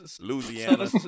Louisiana